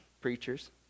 preachers